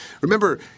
Remember